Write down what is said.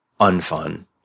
unfun